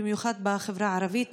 במיוחד בחברה הערבית,